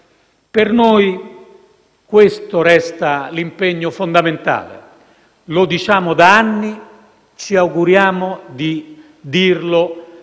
Per noi questo resta l'impegno fondamentale: lo diciamo da anni e ci auguriamo di dirlo